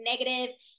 negative